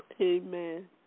Amen